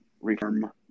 reform